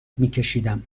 میکشیدم